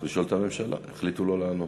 צריך לשאול את הממשלה, החליטו לא לענות.